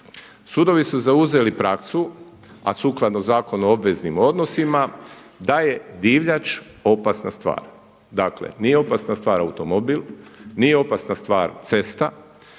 Sudovi su zauzeli praksu, a sukladno Zakonu o obveznim odnosima da je divljač opasna stvar. Dakle nije opasna stvar automobil, nije opasna stvar cesta,